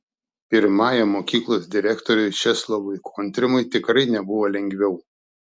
pirmajam mokyklos direktoriui česlovui kontrimui tikrai nebuvo lengviau